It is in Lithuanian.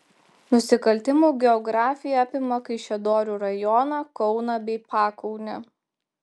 nusikaltimų geografija apima kaišiadorių rajoną kauną bei pakaunę